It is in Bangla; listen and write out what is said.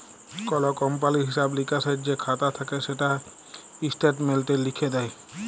কল কমপালির হিঁসাব লিকাসের যে খাতা থ্যাকে সেটা ইস্ট্যাটমেল্টে লিখ্যে দেয়